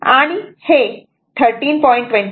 आणि हे 13